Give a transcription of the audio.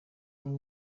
ari